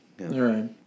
Right